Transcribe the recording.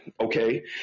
Okay